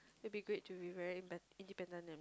will be great to be very be~ independent and